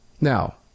Now